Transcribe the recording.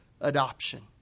adoption